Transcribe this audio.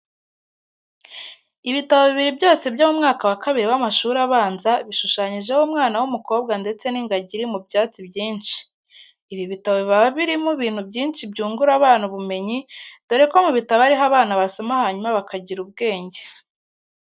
Ibitabo bibiri byose byo mu mwaka wa kabiri w'amashuri abanza bishushanyijeho umwana w'umukobwa ndetse n'ingagi iri mu byatsi byinshi. Ibi bitabo biba birimo ibintu byinshi byungura abana ubumenyi, dore ko mu bitabo ariho abana basoma hanyuma bakagira ubwenge.